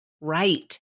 Right